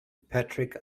patrick